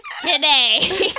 today